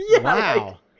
Wow